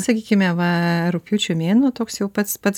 sakykime va rugpjūčio mėnuo toks jau pats pats